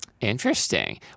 Interesting